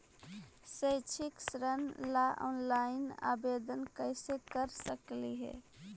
शैक्षिक ऋण ला ऑनलाइन आवेदन कैसे कर सकली हे?